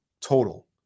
total